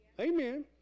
Amen